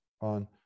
on